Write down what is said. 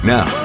Now